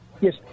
Yes